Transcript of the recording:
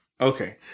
Okay